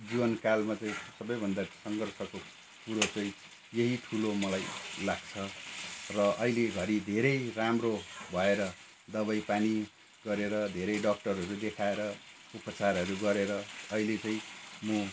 जीवनकालमा चाहिँ सबैभन्दा सङ्घर्षको कुरो चाहिँ यही ठुलो मलाई लाग्छ र अहिलेघरि धेरै राम्रो भएर दबाईपानी गरेर धेरै डक्टरहरू देखाएर उपचारहरू गरेर अहिले चाहिँ म